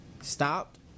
stopped